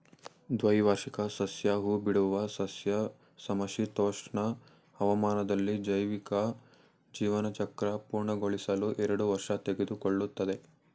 ದ್ವೈವಾರ್ಷಿಕ ಸಸ್ಯ ಹೂಬಿಡುವ ಸಸ್ಯ ಸಮಶೀತೋಷ್ಣ ಹವಾಮಾನದಲ್ಲಿ ಜೈವಿಕ ಜೀವನಚಕ್ರ ಪೂರ್ಣಗೊಳಿಸಲು ಎರಡು ವರ್ಷ ತೆಗೆದುಕೊಳ್ತದೆ